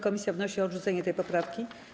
Komisja wnosi o odrzucenie tej poprawki.